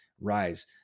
rise